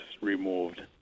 removed